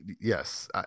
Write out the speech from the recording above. yes